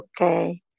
okay